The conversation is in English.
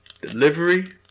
Delivery